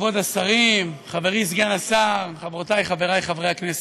כבוד השרים, חברי סגן השר, רבותי חברי חברי הכנסת,